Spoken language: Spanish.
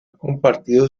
compartido